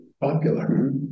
popular